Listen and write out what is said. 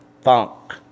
Funk